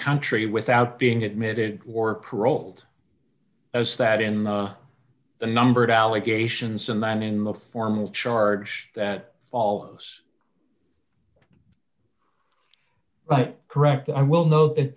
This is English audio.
country without being admitted or paroled as that in the number of allegations and then in the formal charge that follows correct i will note that